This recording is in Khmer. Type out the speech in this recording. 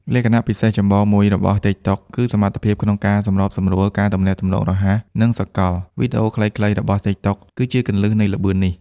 លក្ខណៈពិសេសចម្បងមួយរបស់ TikTok គឺសមត្ថភាពក្នុងការសម្របសម្រួល ការទំនាក់ទំនងរហ័ស និងសកល វីដេអូខ្លីៗរបស់ TikTok គឺជាគន្លឹះនៃល្បឿននេះ។